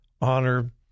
honor